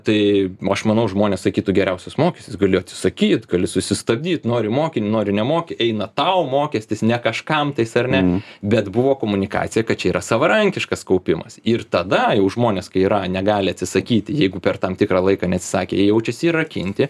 tai aš manau žmonės sakytų geriausias mokestis galiu atsisakyt gali susistabdyt nori moki nori nemoki eina tau mokestis ne kažkam tais ar ne bet buvo komunikacija kad čia yra savarankiškas kaupimas ir tada jau žmonės kai yra negali atsisakyti jeigu per tam tikrą laiką neatsisakė jie jaučiasi įrakinti